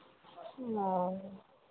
ओऽ